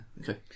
okay